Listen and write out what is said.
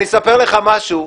אספר לך משהו.